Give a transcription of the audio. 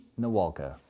Nawalka